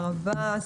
הישיבה